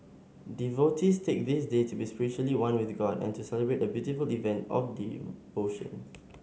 devotees take this day to be spiritually one with god and to celebrate a beautiful event of devotion